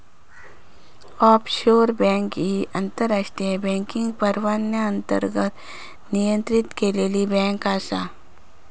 offshore bank ही आंतरराष्ट्रीय banking परवान्याअंतर्गत नियंत्रित केलेली बँक आसा